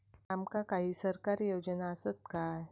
आमका काही सरकारी योजना आसत काय?